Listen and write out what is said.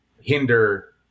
hinder